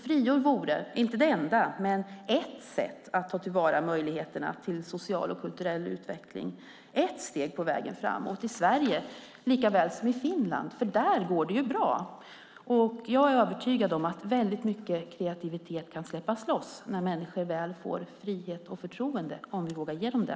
Friår vore inte det enda, men ett sätt att ta till vara möjligheterna till social och kulturell utveckling, ett steg på vägen framåt, i Sverige likaväl som i Finland - där går det ju bra. Jag är övertygad om att väldigt mycket kreativitet kan släppas loss när människor väl får frihet och förtroende, om vi vågar ge dem det.